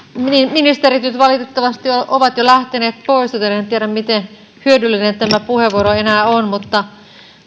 ministerit nyt valitettavasti ovat jo lähteneet pois joten en tiedä miten hyödyllinen tämä puheenvuoro enää on mutta